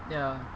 ya